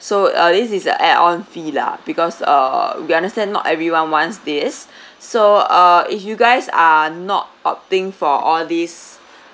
so uh this is a add-on fee lah because uh we understand not everyone wants this so uh if you guys are not opting for all these